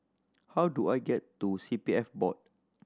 how do I get to C P F Board